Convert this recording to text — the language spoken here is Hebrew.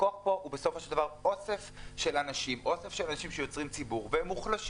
הלקוח פה הוא בסופו של דבר אוסף של אנשים שיוצרים ציבור והם מוחלשים.